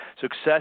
Success